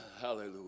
Hallelujah